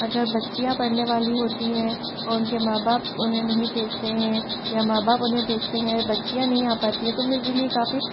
अगर बच्चियाँ पढ़ने वाली होती हैं और उनके माँ बाप उन्हें नहीं भेजते हैं या माँ बाप उन्हें भेजते हैं बच्चियाँ नहीं आ पाती है तो मेरे लिए काफ़ी